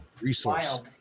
resource